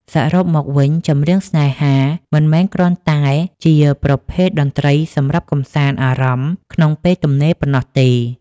សរុបមក ចម្រៀងស្នេហា មិនមែនគ្រាន់តែជាប្រភេទតន្ត្រីសម្រាប់កម្សាន្តអារម្មណ៍ក្នុងពេលទំនេរប៉ុណ្ណោះទេ